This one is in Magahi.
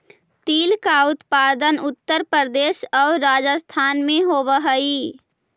तिल का उत्पादन उत्तर प्रदेश और राजस्थान में होवअ हई